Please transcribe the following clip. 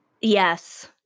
Yes